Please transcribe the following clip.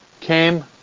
came